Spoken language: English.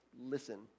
listen